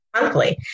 monthly